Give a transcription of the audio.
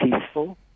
peaceful